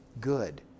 good